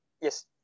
yes